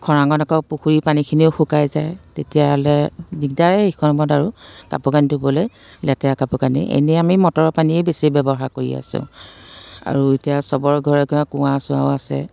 খৰাঙত আকৌ পুখুৰীৰ পানীখিনিও শুকাই যায় তেতিয়াহ'লে দিগদাৰে এই আৰু কাপোৰ কানি ধুবলৈ লেতেৰা কাপোৰ কানি এনেই আমি মটৰৰ পানীয়ে বেছি ব্যৱহাৰ কৰি আছোঁ আৰু এতিয়া চবৰ ঘৰে ঘৰে কুঁৱা চুৱাও আছে